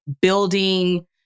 building